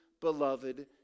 beloved